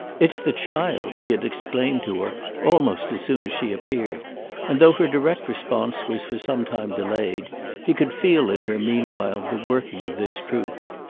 it's the child! he had exclaimed to her almost as soon as she appeared and though her direct response was for some time delayed he could feel in her meanwhile the working of this truth.